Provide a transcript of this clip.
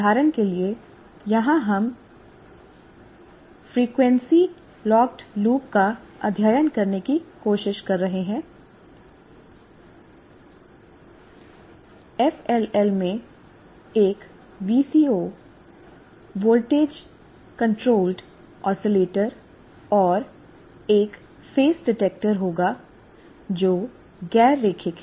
उदाहरण के लिए यहां हम फ़्रीक्वेंसी लॉक लूप का अध्ययन करने की कोशिश कर रहे हैं एप्स एफएलएल में एक वीसीओ वोल्टेज कंट्रोल्ड ओसीलेटर और एक फेज डिटेक्टर होगा जो गैर रैखिक है